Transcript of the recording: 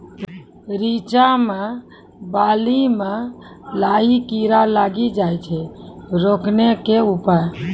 रिचा मे बाली मैं लाही कीड़ा लागी जाए छै रोकने के उपाय?